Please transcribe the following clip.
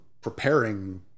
preparing